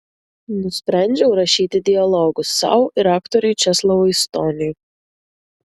nusprendžiau rašyti dialogus sau ir aktoriui česlovui stoniui